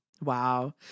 wow